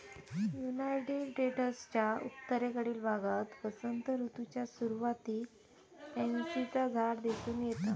United स्टेट्सच्या उत्तरेकडील भागात वसंत ऋतूच्या सुरुवातीक पॅन्सीचा झाड दिसून येता